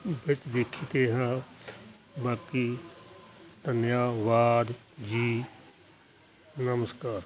ਵਿੱਚ ਦਿੱਖ ਕਿਹਾ ਬਾਕੀ ਧਨਿਆਵਾਦ ਜੀ ਨਮਸਕਾਰ